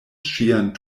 ŝian